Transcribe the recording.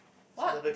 what